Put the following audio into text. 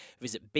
visit